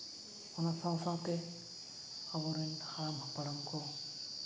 ᱚᱱᱟ ᱥᱟᱶᱼᱥᱟᱶᱛᱮ ᱟᱵᱚᱨᱮᱱ ᱦᱟᱲᱟᱢ ᱦᱯᱲᱟᱢ ᱠᱚ